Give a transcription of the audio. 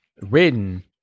written